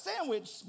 sandwich